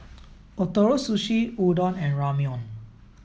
Ootoro Sushi Udon and Ramyeon